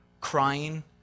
Crying